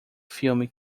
filme